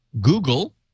Google